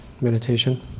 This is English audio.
meditation